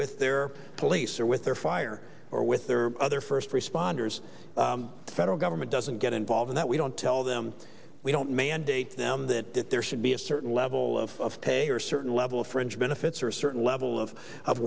with their police or with their fire or with their other first responders the federal government doesn't get involved in that we don't tell them we don't mandate them that if there should be a certain level of pay or certain level of fringe benefits or a certain level of of